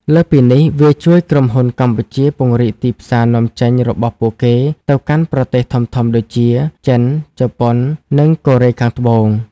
លើសពីនេះ វាជួយក្រុមហ៊ុនកម្ពុជាពង្រីកទីផ្សារនាំចេញរបស់ពួកគេទៅកាន់ប្រទេសធំៗដូចជា ចិន ជប៉ុន និងកូរ៉េខាងត្បូង។